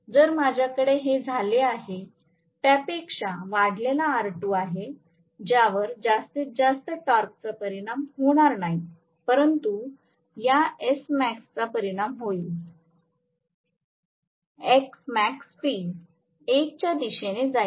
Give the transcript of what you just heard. जर माझ्याकडे जे झालं आहे त्यापेक्षा वाढलेला R2 आहे ज्यावर जास्तीत जास्त टॉर्कचा परिणाम होणार नाही परंतु या Smax चा परिणाम होईल स्मॅक्सटी 1 च्या दिशेने जाईल